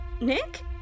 Nick